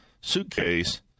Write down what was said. suitcase